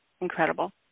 Incredible